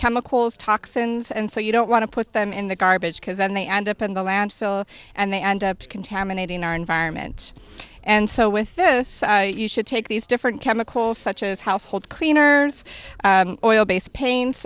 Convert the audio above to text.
holes toxins and so you don't want to put them in the garbage because then they end up in the landfill and they end up contaminating our environment and so with this you should take these different chemicals such as household cleaners oil based pain